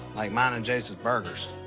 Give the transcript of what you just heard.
like mine and jase's burgers.